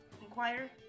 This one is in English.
inquire